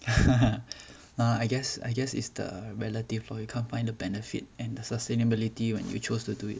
nah I guess I guess is the relative lor you combine the benefit and the sustainability when you chose to do it